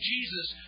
Jesus